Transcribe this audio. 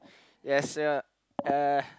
yes uh uh